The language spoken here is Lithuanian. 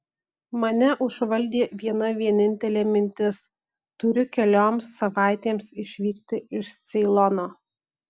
mane užvaldė viena vienintelė mintis turiu kelioms savaitėms išvykti iš ceilono